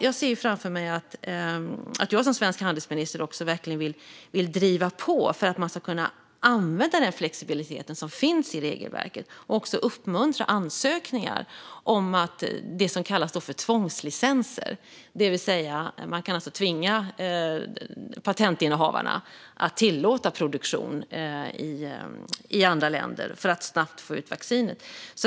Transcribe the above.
Jag vill som svensk handelsminister verkligen driva på för att man ska kunna använda den flexibilitet som finns i regelverket och uppmuntra ansökningar om det som kallas för tvångslicenser. Man kan alltså tvinga patentinnehavarna att tillåta produktion i andra länder för att snabbt få ut vaccinet.